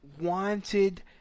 wanted